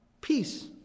Peace